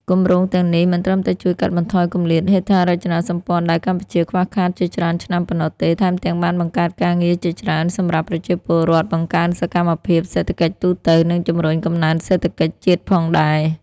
គម្រោងទាំងនេះមិនត្រឹមតែជួយកាត់បន្ថយគម្លាតហេដ្ឋារចនាសម្ព័ន្ធដែលកម្ពុជាខ្វះខាតជាច្រើនឆ្នាំប៉ុណ្ណោះទេ ថែមទាំងបានបង្កើតការងារជាច្រើនសម្រាប់ប្រជាពលរដ្ឋ បង្កើនសកម្មភាពសេដ្ឋកិច្ចទូទៅ និងជំរុញកំណើនសេដ្ឋកិច្ចជាតិផងដែរ។